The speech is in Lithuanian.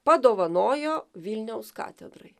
padovanojo vilniaus katedrai